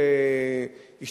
בוועדה לפניות הציבור,